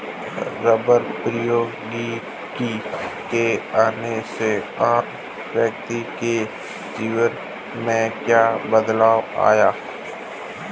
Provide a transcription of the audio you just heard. रबड़ प्रौद्योगिकी के आने से आम व्यक्ति के जीवन में क्या बदलाव आया?